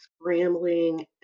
scrambling